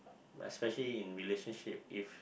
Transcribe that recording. especially in relationship if